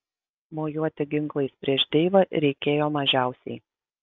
mojuoti ginklais prieš deivą reikėjo mažiausiai